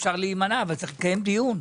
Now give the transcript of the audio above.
אפשר להימנע אבל צריך לקיים דיון.